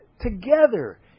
together